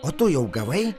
o tu jau gavai